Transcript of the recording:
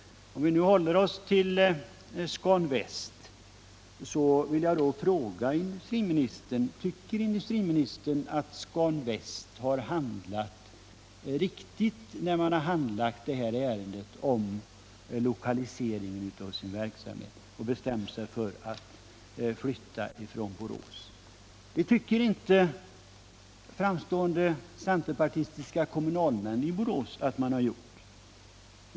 Om vi nu håller oss till Scan Väst, vill jag fråga om industriministern tycker att Scan Väst har handlat riktigt när man bestämde sig för att flytta från Borås? Det tycker inte framstående centerpartistiska kommunalmän i Borås att företagsledningen har gjort.